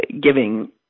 giving